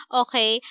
okay